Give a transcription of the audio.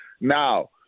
Now